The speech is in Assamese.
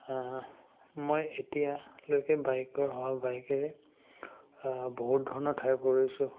মই এতিয়ালৈকে বাইকৰ সহায়ত বাইকেৰে বহুত ধৰণৰ ঠাই পৰিছোঁ